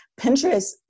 Pinterest